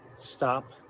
Stop